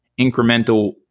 incremental